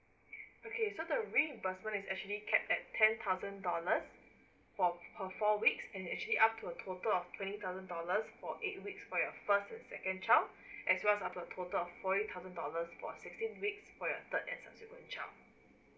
okay so the reimbursement is actually cap at ten thousand dollars for per four weeks and is actually up to a total of twenty thousand dollars for eight weeks for your first and second child as well as up to total of forty thousand dollars for sixteen weeks for your third and subsequent child